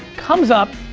comes up,